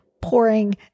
pouring